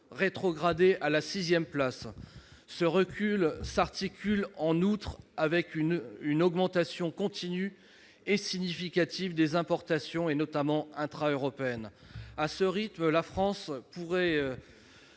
rétrogradé à la sixième place. Ce recul s'articule en outre avec une augmentation continue et significative des importations, notamment intra-européennes. À ce rythme, la France pourrait